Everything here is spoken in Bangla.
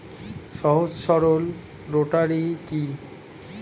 সহজ সরল রোটারি কি?